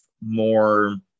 more